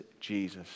Jesus